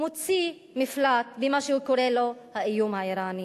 מוצא מפלט במה שהוא קורא לו האיום האירני.